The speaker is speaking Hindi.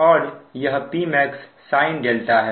और यह Pmax sin है